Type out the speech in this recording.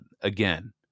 again